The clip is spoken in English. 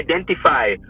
identify